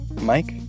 Mike